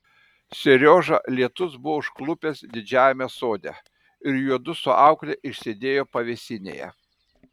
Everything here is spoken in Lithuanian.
seriožą lietus buvo užklupęs didžiajame sode ir juodu su aukle išsėdėjo pavėsinėje